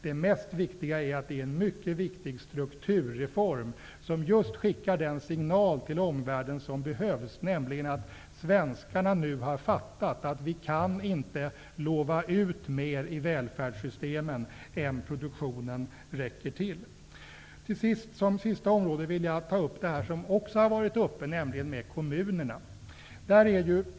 Det mest viktiga är att det är en mycket betydelsefull strukturreform, som till omvärlden skickar just den signal som behövs, nämligen att svenskarna nu har fattat att vi inte kan lova ut mer i välfärdssystemen än vad produktionen räcker till. Som sista område vill jag ta upp kommunerna, som också har varit uppe i debatten.